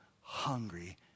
hungry